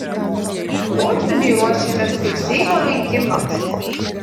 potvyniui ruošiamės kaip seimo rinkimams